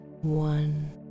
one